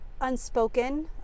unspoken